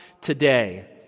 today